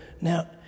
Now